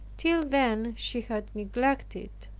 till then, she had neglected.